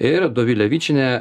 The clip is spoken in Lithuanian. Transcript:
ir dovile vičienė